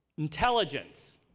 intelligence.